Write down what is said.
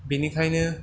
बेनिखायनो